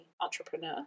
entrepreneur